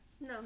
No